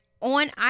on